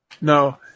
No